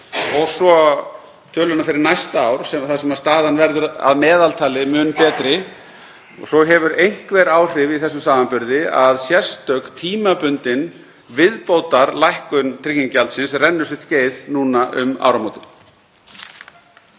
og svo tölurnar fyrir næsta ár þar sem staðan verður að meðaltali mun betri. Svo hefur einhver áhrif í þessum samanburði að sérstök tímabundin viðbótarlækkun tryggingagjaldsins rennur sitt skeið núna um áramótin.